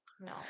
No